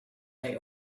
they